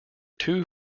two